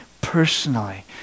personally